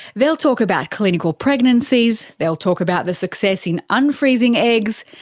they'll talk about clinical pregnancies, they'll talk about the success in unfreezing eggs,